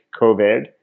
COVID